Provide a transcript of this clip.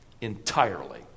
entirely